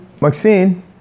Maxine